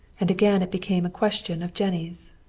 and again it became a question of jennie's.